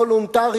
וולונטרי,